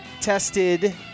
tested